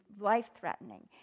life-threatening